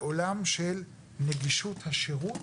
בעולם של נגישות השירות